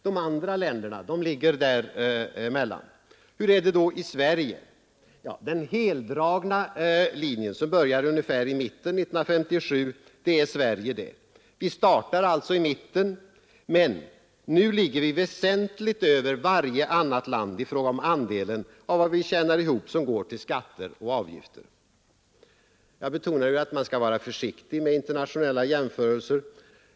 De andra länderna ligger där emellan. Hur är det då i Sverige? Den heldragna linjen visar att vi startar i mitten men att vi nu ligger väsentligt över varje annat land i fråga om andelen av vad vi tjänar ihop som går till skatter och avgifter. Jag betonade att man skall vara försiktig med internationella jämförelser.